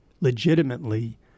legitimately